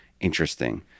interesting